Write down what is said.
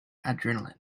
adrenaline